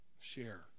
share